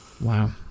wow